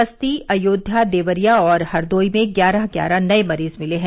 बस्ती अयोध्या देवरिया हरदोई में ग्यारह ग्यारह नए मरीज मिले हैं